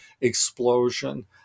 explosion